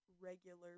regular